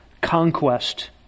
conquest